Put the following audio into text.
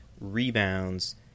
rebounds